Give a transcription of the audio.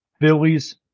Phillies